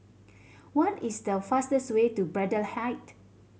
what is the fastest way to Braddell Height